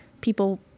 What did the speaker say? people